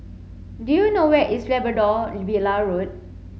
do you know where is Labrador Villa Road